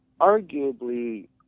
arguably